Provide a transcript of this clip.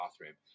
bathroom